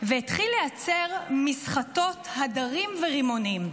והתחיל לייצר מסחטות הדרים ורימונים.